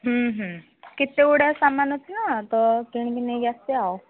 ହୁଁ ହୁଁ କେତେ ଗୁଡ଼ାଏ ସାମାନ ଅଛି ନା ତ କିଣିକି ନେଇକି ଆସିବା ଆଉ